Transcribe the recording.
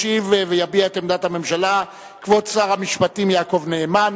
שעליה ישיב ויביע את עמדת הממשלה כבוד שר המשפטים יעקב נאמן.